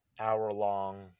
hour-long